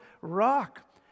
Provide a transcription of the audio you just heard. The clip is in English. rock